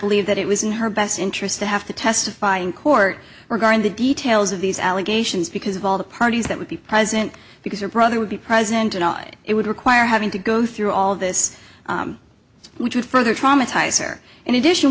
believe that it was in her best interest to have to testify in court regarding the details of these allegations because of all the parties that would be present because her brother would be present and i it would require having to go through all of this which would further traumatize or in addition